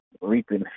reaping